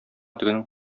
тегенең